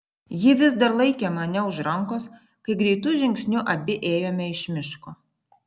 ji vis dar laikė mane už rankos kai greitu žingsniu abi ėjome iš miško